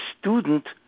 student